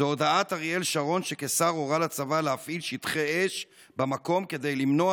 זו הודעת אריאל שרון שכשר הורה לצבא להפעיל שטחי אש במקום כדי למנוע,